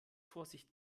vorsicht